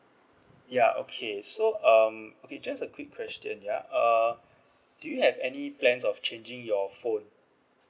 ya okay so um okay just a quick question ya uh do you have any plans of changing your phone